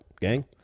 gang